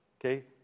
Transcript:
Okay